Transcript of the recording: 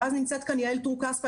נמצאת כאן יעל טור כספא,